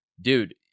dude